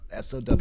SOW